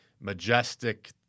majestic